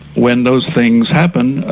when those things happen, ah